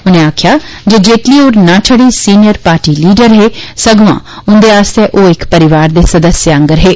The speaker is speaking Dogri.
उनें आक्खेया जे जेटली होर ना छड़े सीनियर पार्टी लीडर हे ब्लेके उन्दे आस्तै ओह इक परिवार दे सदस्य आंगर हे